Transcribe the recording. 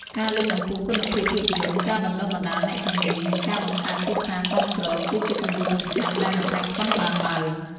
ការលើកកម្ពស់គុណភាពភាពយន្ត ការបណ្ដុះបណ្ដាលអ្នកជំនាញ និងការបង្កើតទីផ្សារគាំទ្រ គឺជាគន្លឹះសំខាន់ដែលមិនអាចខ្វះបានឡើយ។